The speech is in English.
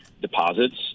deposits